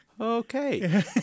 Okay